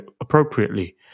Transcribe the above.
appropriately